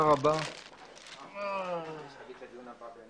הישיבה ננעלה בשעה